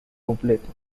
completo